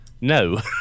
No